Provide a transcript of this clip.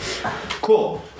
cool